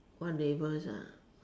what neighbours